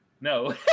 No